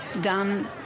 done